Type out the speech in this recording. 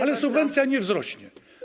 Ale subwencja nie wzrośnie.